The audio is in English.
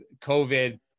COVID